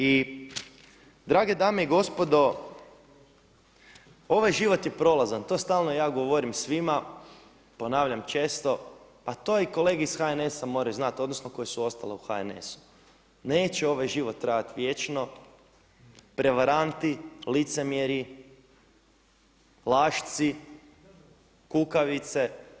I drage dame i gospodo, ovaj život je prolazan, to stalno ja govorim svima, ponavljam često, a to i kolege iz HNS-a moraju znati, odnosno koji su ostali u HNS-u, neće ovaj život trajat vječno, prevaranti, licemjeri, lašci, kukavice.